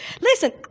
Listen